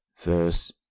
verse